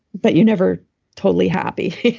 but you're never totally happy.